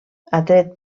atret